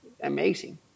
amazing